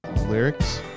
Lyrics